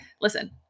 Listen